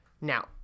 Now